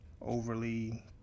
overly